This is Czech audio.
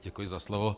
Děkuji za slovo.